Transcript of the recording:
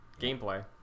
Gameplay